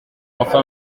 enfin